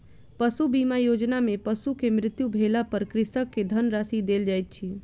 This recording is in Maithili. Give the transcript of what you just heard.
पशु बीमा योजना में पशु के मृत्यु भेला पर कृषक के धनराशि देल जाइत अछि